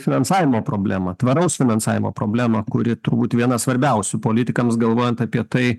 finansavimo problemą tvaraus finansavimo problemą kuri turbūt viena svarbiausių politikams galvojant apie tai